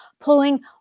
pulling